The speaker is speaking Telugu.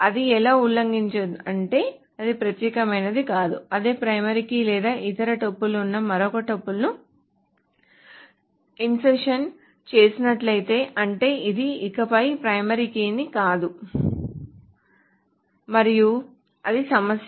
అది ఎలా ఉల్లంఘిస్తుందంటే అది ప్రత్యేకమైనది కాదు అదే ప్రైమరీ కీ లేదా ఇతర టపుల్ ఉన్న మరొక టపుల్ను ఇన్సర్షన్ చేసినట్లయితే అంటే ఇది ఇకపై ప్రైమరీ కీ కాదు ఇకపై అభ్యర్థి కీ లేదా సూపర్ కీ ఏది కాదు మరియు ఇది సమస్య